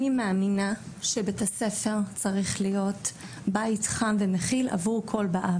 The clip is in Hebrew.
אני מאמינה שביה"ס צריך להיות בית חם ומכיל עבור כל באו